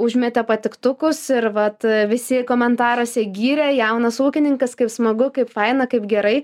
užmetė patiktukus ir vat visi komentaruose gyrė jaunas ūkininkas kaip smagu kaip faina kaip gerai